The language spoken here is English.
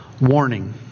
warning